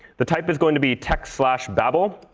the type is going to be text babel.